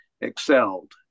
excelled